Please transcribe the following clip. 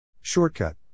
Shortcut